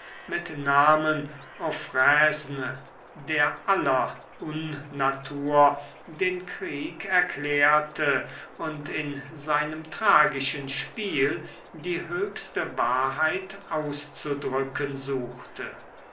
mit namen aufresne der aller unnatur den krieg erklärte und in seinem tragischen spiel die höchste wahrheit auszudrücken suchte